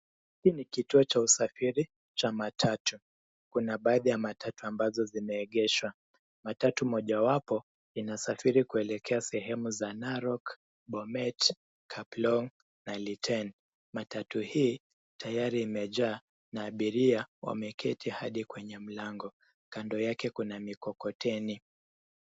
Hiki ni kituo cha usafiri cha matatu. Kuna baadhi ya matatu ambazo zinaegeshwa. matatu mojawapo inasafiri kuelekea sehemu za Narok, Bomet, Kaplong na Litein. Matatu hii, tayari imejaa na abiria wameketi hadi kwenye mlango. Kando yake Kuna mikokoteni.